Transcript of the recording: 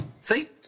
See